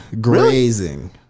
Grazing